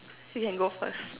you can go first